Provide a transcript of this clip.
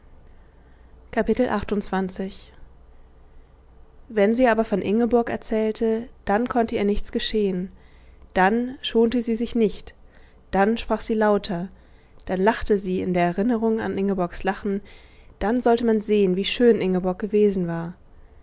wenn sie aber von ingeborg erzählte dann konnte ihr nichts geschehen dann schonte sie sich nicht dann sprach sie lauter dann lachte sie in der erinnerung an ingeborgs lachen dann sollte man sehen wie schön ingeborg gewesen war